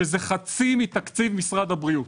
שזה חצי מתקציב משרד הבריאות.